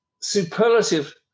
superlative